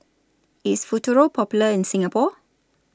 IS Futuro Popular in Singapore